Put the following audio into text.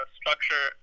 structure